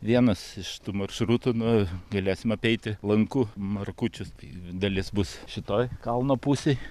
vienas iš tų maršrutų nu galėsim apeiti lanku markučius tai dalis bus šitoj kalno pusėj